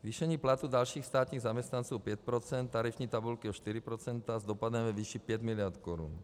Zvýšení platů dalších státních zaměstnanců o 5 %, tarifní tabulky o 4 % s dopadem ve výši 5 mld. korun.